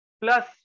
plus